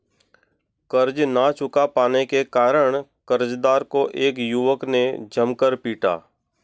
कर्ज ना चुका पाने के कारण, कर्जदार को एक युवक ने जमकर पीटा